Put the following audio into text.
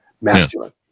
masculine